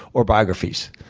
or biographies.